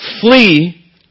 Flee